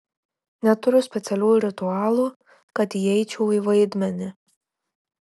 neturiu specialių ritualų kad įeičiau į vaidmenį